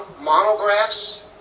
monographs